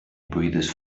breathes